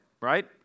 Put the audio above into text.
right